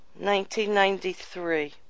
1993